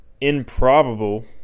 improbable